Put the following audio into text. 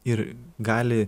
ir gali